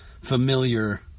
familiar